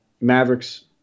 Mavericks